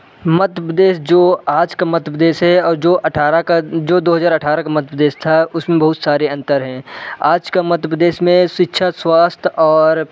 मध्य प्रदेश जो आज का मध्य प्रदेश है और जो अठारह का जो दो हज़ार अठारह का मध्य प्रदेश था उसमें बहुत सारे अंतर हैं आज के मध्य प्रदेश में शिक्षा स्वास्थ्य और